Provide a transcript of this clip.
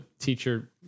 teacher